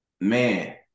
Man